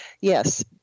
Yes